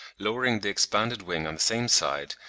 lowering the expanded wing on the same side,